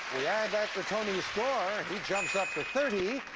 we add that to tony's score. he jumps up to thirty